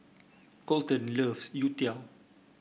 Colten love Youtiao